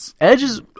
Edges